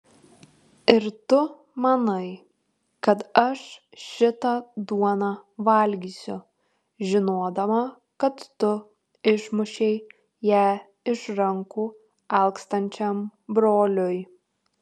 ir tu manai kad aš šitą duoną valgysiu žinodama kad tu išmušei ją iš rankų alkstančiam broliui